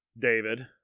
David